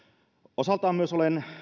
osaltaan olen myös